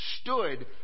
stood